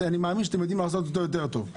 אני מאמין שאתם יודעים לעשות אותו יותר טוב.